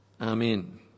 Amen